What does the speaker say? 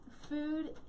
food